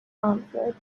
answered